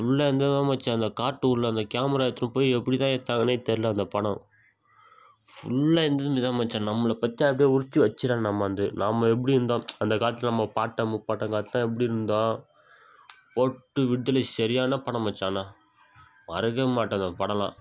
ஃபுல்லாக இந்த பார் மச்சான் இந்த காட்டுக்குள்ளே அந்த கேமரா எடுத்துகின்னு போய் எப்படி தான் எடுத்தாங்கன்னே தெர்லை அந்த படம் ஃபுல்லாக இருந்து இப்படி தான் மச்சான் நம்மளை பற்றி அப்டேயே உறிச்சு வெச்சுக்குறாங்க நம்மளை வந்து நாம் எப்படி இருந்தோம் அந்த காலத்தில் நம்ம பாட்டன் முப்பாட்டன் காலத்தில் எப்படி இருந்தோம் போட்டு விடுதலை சரியான படம் மச்சான் ஆனால் மறக்கவே மாட்டேன் நான் படமெல்லாம்